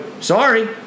sorry